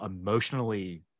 emotionally